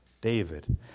David